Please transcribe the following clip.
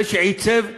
זה שעיצב,